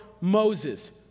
Moses